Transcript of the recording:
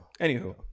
Anywho